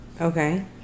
Okay